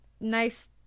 nice